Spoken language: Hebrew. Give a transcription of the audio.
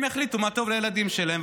הם יחליטו מה טוב לילדים שלהם,